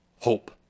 hope